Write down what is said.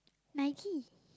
Nike